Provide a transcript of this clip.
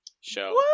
show